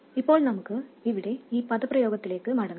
ഇപ്പോൾ നമുക്ക് ഇവിടെ ഈ പദപ്രയോഗത്തിലേക്ക് മടങ്ങാം